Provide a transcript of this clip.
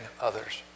others